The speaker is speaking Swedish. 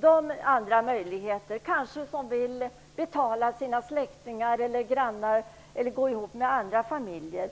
dem andra möjligheter. De kanske vill betala sina släktingar eller grannar, eller gå ihop med andra familjer.